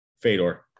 Fedor